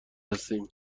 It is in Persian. هستیم